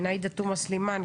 עאידה תומא סלימאן,